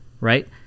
right